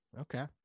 Okay